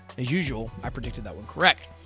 as usual, i predicted that one correct.